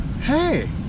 hey